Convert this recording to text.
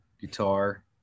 guitar